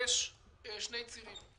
יש שני צירים.